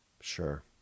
sure